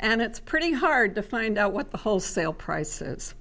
and it's pretty hard to find out what the wholesale prices